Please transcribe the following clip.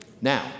Now